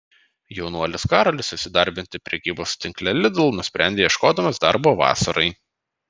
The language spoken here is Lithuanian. jaunuolis karolis įsidarbinti prekybos tinkle lidl nusprendė ieškodamas darbo vasarai